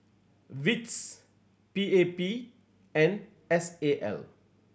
wits P A P and S A L